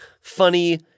funny